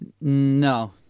No